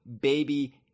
baby